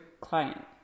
client